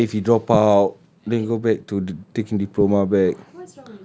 then prepare if he drop out then he go back to taking diploma back